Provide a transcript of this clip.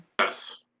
Yes